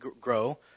grow